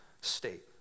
state